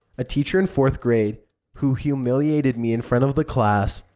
a teacher in fourth grade who humiliated me in front of the class.